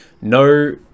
no